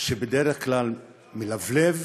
שבדרך כלל הוא מלבלב,